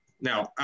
Now